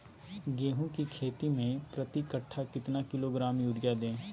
गेंहू की खेती में प्रति कट्ठा कितना किलोग्राम युरिया दे?